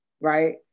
right